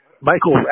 Michael